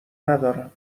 ندارم